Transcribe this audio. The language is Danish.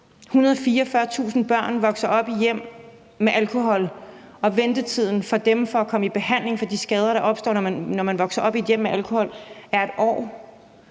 144.000 børn vokser op i hjem med alkohol, og ventetiden for dem på at komme i behandling for de skader, der opstår, når man vokser op i et hjem med alkohol, er et år.